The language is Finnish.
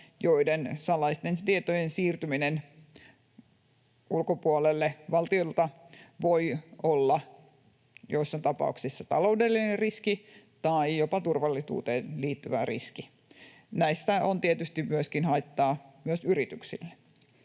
joiden salaisten tietojen siirtyminen ulkopuolelle valtiolta voi olla joissain tapauksissa taloudellinen riski tai jopa turvallisuuteen liittyvää riski. Näistä on tietysti myöskin haittaa yrityksille.